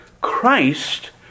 Christ